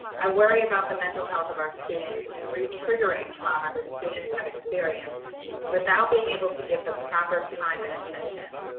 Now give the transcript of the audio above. i worry about the mental health of our students in retriggering trauma that students have experienced without being able to give the proper time and attention.